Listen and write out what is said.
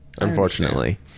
Unfortunately